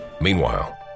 Meanwhile